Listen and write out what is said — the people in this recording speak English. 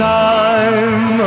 time